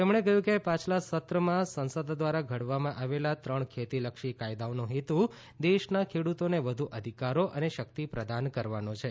તેમણે કહ્યું કે પાછલા સત્રમાં સંસદ દ્વારા ઘડવામાં આવેલા ત્રણ ખેતીલક્ષી કાયદાઓનો હેતુ દેશના ખેડુતોને વધુ અધિકારો અને શક્તિ પ્રદાન કરવાનો છે